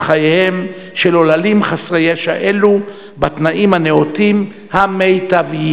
חייהם של עוללים חסרי ישע אלו בתנאים הנאותים המיטביים.